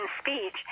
speech